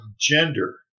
gender